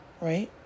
right